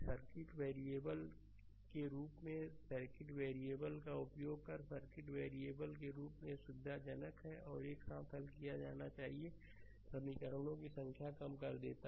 circuit variable के रूप में सर्किट वेरिएबल का उपयोग कर सर्किट वेरिएबल के रूप में यह सुविधाजनक है और एक साथ हल किया जाना चाहिए कि समीकरणों की संख्या कम कर देता है